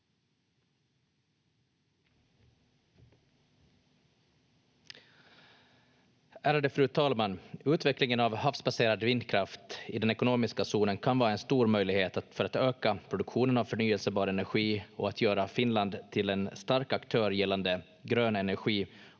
Ärade fru talman! Utvecklingen av havsbaserad vindkraft i den ekonomiska zonen kan vara en stor möjlighet för att öka produktionen av förnyelsebar energi och att göra Finland till en stark aktör gällande grön energi